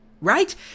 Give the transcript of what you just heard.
Right